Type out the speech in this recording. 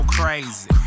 crazy